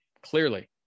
Clearly